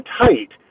tight